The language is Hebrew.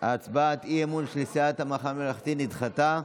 הצעת האי-אמון של סיעת המחנה הממלכתי נדחתה.